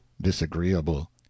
disagreeable